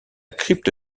crypte